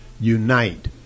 unite